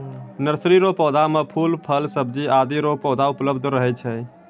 nursery रो पौधा मे फूल, फल, सब्जी आदि रो पौधा उपलब्ध रहै छै